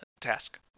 task